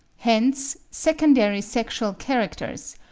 hence secondary sexual characters,